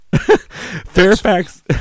Fairfax